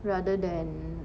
rather than